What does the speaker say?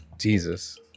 Jesus